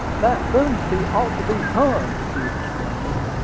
that boomsby ought to be hung! he exclaimed,